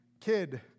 kid